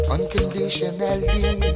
Unconditionally